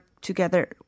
together